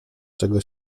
czego